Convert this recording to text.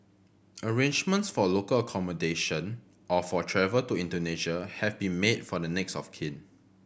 arrangements for local accommodation or for travel to Indonesia have been made for the next of kin